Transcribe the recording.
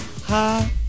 ha